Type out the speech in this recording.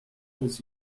was